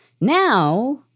Now